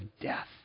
death